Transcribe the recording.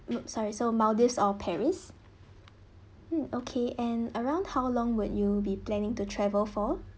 mm sorry so maldives or paris hmm okay and around how long would you be planning to travel for